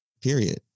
period